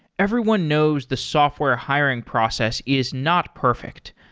everyone knows the software hiring process is not perfect.